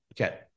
Okay